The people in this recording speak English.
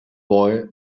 boy